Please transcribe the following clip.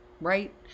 right